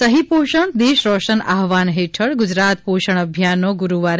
સહી પોષણ દેશ રોશન આહવાન હેઠળ ગુજરાત પોષણ અભિયાનનો ગુરૂવારે